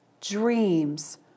Dreams